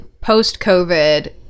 post-COVID